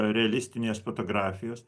realistinės fotografijos